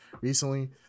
recently